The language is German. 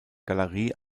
galerie